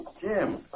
Jim